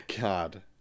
God